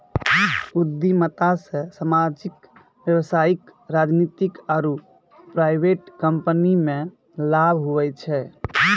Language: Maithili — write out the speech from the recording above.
उद्यमिता से सामाजिक व्यवसायिक राजनीतिक आरु प्राइवेट कम्पनीमे लाभ हुवै छै